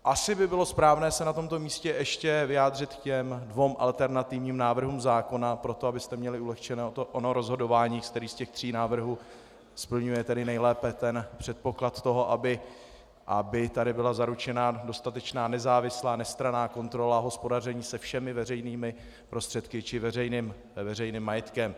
Asi by bylo správné se na tomto místě ještě vyjádřit k těm dvěma alternativním návrhům zákona proto, abyste měli ulehčené ono rozhodování, který z těch tří návrhů splňuje nejlépe předpoklad toho, aby tady byla zaručena dostatečná nezávislá, nestranná kontrola hospodaření se všemi veřejnými prostředky či veřejným majetkem.